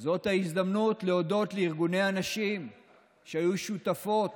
זאת ההזדמנות להודות לארגוני הנשים שהיו שותפים,